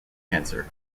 cancer